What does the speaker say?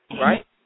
Right